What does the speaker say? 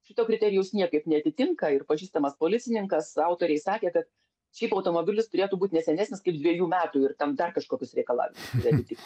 šito kriterijaus niekaip neatitinka ir pažįstamas policininkas autoriai sakė kad šiaip automobilis turėtų būti ne senesnis kaip dviejų metų ir tam dar kažkokius reikalavimus atitikti